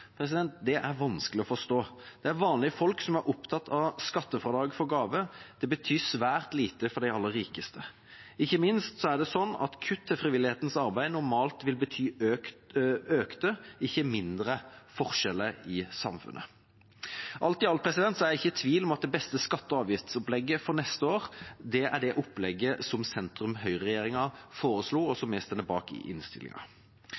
Det er vanskelig å forstå. Det er vanlige folk som er opptatt av skattefradrag for gaver; det betyr svært lite for de aller rikeste. Ikke minst er det sånn at kutt til frivillighetens arbeid normalt vil bety økte, ikke mindre forskjeller i samfunnet. Alt i alt er jeg ikke i tvil om at det beste skatte- og avgiftsopplegget for neste år er det opplegget som sentrum–høyre-regjeringa foreslo, og som vi står bak i innstillinga.